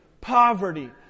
poverty